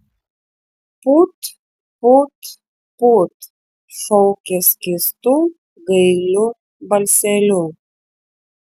put put put šaukė skystu gailiu balseliu